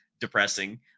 depressing